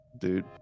dude